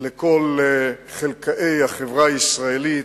לכל חלכאי החברה הישראלית,